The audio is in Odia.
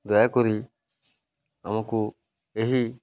ଦୟାକରି ଆମକୁ ଏହି